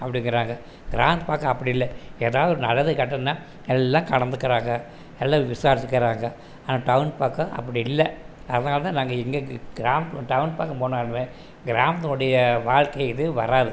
அப்படிங்கிறாங்க கிராமத்து பக்கம் அப்படி இல்லை ஏதாவது ஒரு நல்லது கெட்டதுன்னால் எல்லாம் கலந்துக்கிறாங்க எல்லாம் விசாரிச்சுக்கிறாங்க ஆனால் டவுன் பக்கம் அப்படி இல்லை அதனால் தான் நாங்கள் எங்கள் கி கிராமப்புறம் டவுன் பக்கம் போனாலுமே கிராமத்தினுடைய வாழ்கை இது வராது